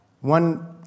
One